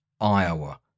Iowa